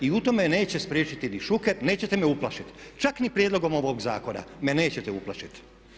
I u tome me neće spriječiti ni Šuker, nećete me uplašiti čak ni prijedlogom ovog zakona me nećete uplašiti.